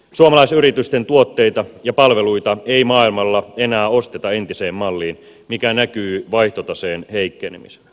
suomalaisyritysten tuotteita ja palveluita ei maailmalla enää osteta entiseen malliin mikä näkyy vaihtotaseen heikkenemisenä